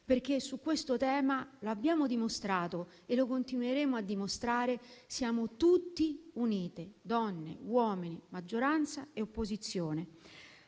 Su questo tema, infatti, come abbiamo dimostrato e continueremo a dimostrare, siamo tutti uniti: donne, uomini, maggioranza e opposizione,